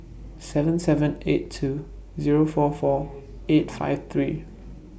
seven seven eight two Zero four four eight five three